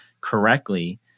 correctly